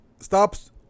stops